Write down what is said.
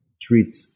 treat